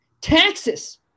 taxes